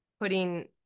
putting